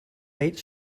eight